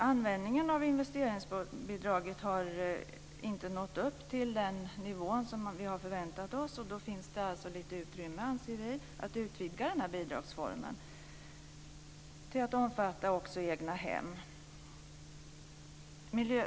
Användningen av investeringsbidraget har inte nått upp till den nivå som vi hade förväntat oss, och då finns det alltså utrymme att utvidga den här bidragsformen till att omfatta också egnahem.